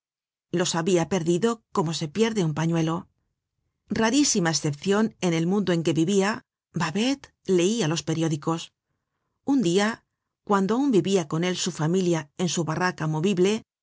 los habia perdido como se pierde un pañuelo rarísima escepcion en el mundo en que vivia babet leia los periódicos un dia cuando aun vivia con él su familia en su barraca movible